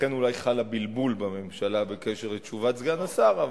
ולכן אולי חל הבלבול בממשלה בקשר לתשובת סגן השר.